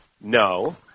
no